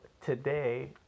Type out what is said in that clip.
today